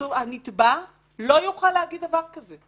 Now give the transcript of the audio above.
הנתבע לא יוכל להגיד דבר כזה,